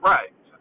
Right